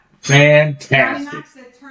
Fantastic